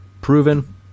proven